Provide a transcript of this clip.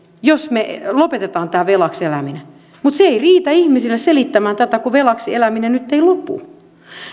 jos me lopetamme tämän velaksi elämisen mutta se ei riitä ihmisille selittämään tätä kun velaksi eläminen nyt ei lopu